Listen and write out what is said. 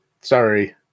sorry